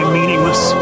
meaningless